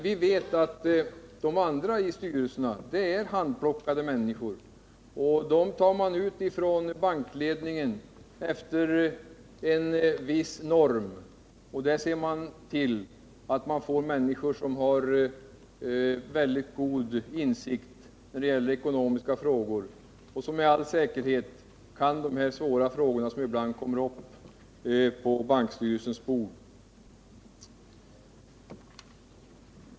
Vi vet att de andra ledamöterna av styrelsen är handplockade människor. Bankledningen har plockat ut dem efter en viss norm. Bankledningen ser till att den får människor som har mycket goda insikter i ekonomiska frågor och behärskar de svåra ärenden som ibland kommer upp på bankstyrelsens bord.